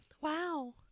Wow